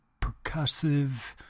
percussive